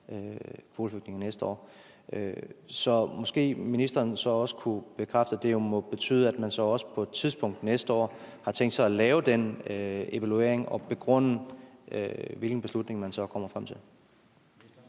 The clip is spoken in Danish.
kvoteflygtninge næste år. Så måske ministeren også kunne bekræfte, at det jo må betyde, at man på et tidspunkt næste år har tænkt sig at lave den evaluering, og begrunde, hvilken beslutning man så kommer frem til.